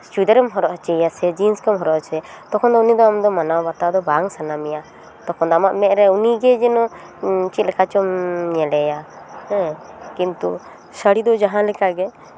ᱪᱩᱲᱤᱫᱟᱨᱮᱢ ᱦᱚᱨᱚᱜ ᱦᱚᱪᱚᱭᱮᱭᱟ ᱥᱮ ᱡᱤᱱᱥ ᱜᱮᱢ ᱦᱚᱨᱚᱜ ᱦᱚᱪᱚᱭᱟ ᱛᱚᱠᱷᱚᱱ ᱫᱚ ᱩᱱᱤ ᱫᱚ ᱢᱟᱱᱟᱣ ᱵᱟᱛᱟᱣ ᱫᱚ ᱵᱟᱝ ᱥᱟᱱᱟ ᱢᱮᱭᱟ ᱛᱚᱠᱷᱚᱱ ᱟᱢᱟᱜ ᱢᱮᱫ ᱨᱮ ᱩᱱᱤ ᱜᱮ ᱡᱮᱱᱚ ᱪᱮᱫ ᱞᱮᱠᱟ ᱪᱚᱢ ᱧᱮᱞᱮᱭᱟ ᱦᱮᱸ ᱠᱤᱱᱛᱩ ᱥᱟᱹᱲᱤ ᱫᱚ ᱡᱟᱦᱟᱸ ᱞᱮᱠᱟᱜᱮ